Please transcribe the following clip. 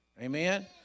Amen